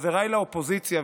חבריי לאופוזיציה,